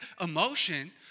emotion